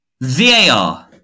VAR